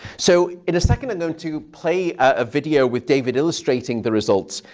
so in a second, i'm going to play a video with david illustrating the results.